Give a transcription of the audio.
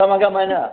ꯀꯃꯥꯏ ꯀꯃꯥꯏꯅ